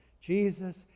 Jesus